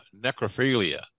Necrophilia